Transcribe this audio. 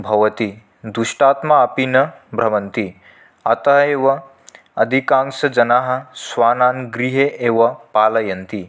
भवति दुष्टात्मा अपि न भ्रमति अतः एव अधिकांशजनाः श्वानान् गृहे एव पालयन्ति